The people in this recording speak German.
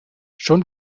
schon